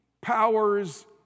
powers